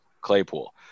Claypool